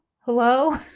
Hello